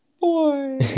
Boy